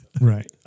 right